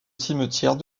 cimetière